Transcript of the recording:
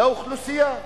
לאוכלוסייה,